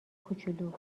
کوچولو